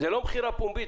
לא מכירה פומבית.